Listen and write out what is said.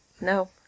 No